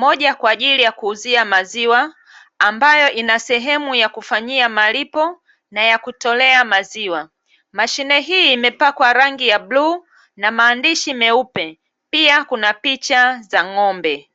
moja kwa ajili ya kuuzia maziwa ambayo ina sehemu ya kufanyia malipo na ya kutolea maziwa. Mashine hii imepakwa rangi ya bluu na maandishi meupe, pia kuna picha za ng'ombe.